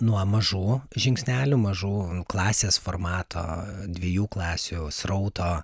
nuo mažų žingsnelių mažų klasės formato dviejų klasių srauto